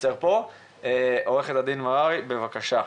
עורכת הדין מררי בבקשה.